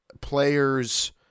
players